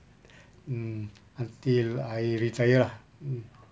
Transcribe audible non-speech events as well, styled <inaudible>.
<breath> mm until I retire lah mm